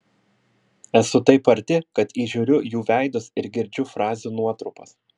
esu taip arti kad įžiūriu jų veidus ir girdžiu frazių nuotrupas